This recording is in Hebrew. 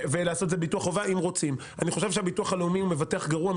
אני חושב שהביטוח הלאומי הוא מבטח גרוע,